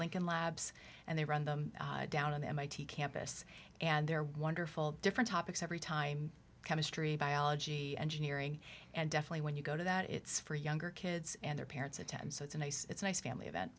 lincoln labs and they run them down on the mit campus and they're wonderful different topics every time chemistry biology engineering and definitely when you go to that it's for younger kids and their parents attend so it's a nice it's a nice family event